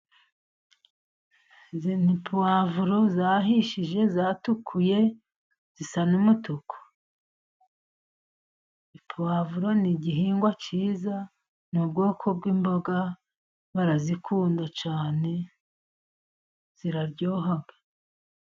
Izi ni puwavuro zahishije zatukuye zisa n'umutuku. Puwavuro ni igihingwa cyiza, ni ubwoko bw'imboga, barazikunda cyane ziraryoha.